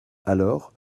alors